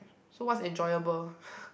so what's enjoyable